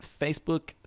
facebook